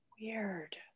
Weird